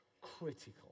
Critical